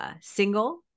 single